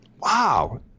Wow